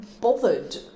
bothered